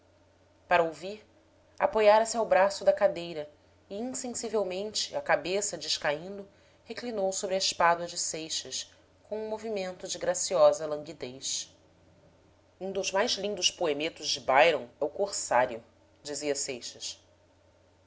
para ouvir apoiara se ao braço da cadeira e insensivelmente a cabeça descaindo reclinou sobre a espádua de seixas com um movimento de graciosa languidez um dos mais lindos poemetos de byron é o corsário dizia